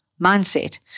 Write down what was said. mindset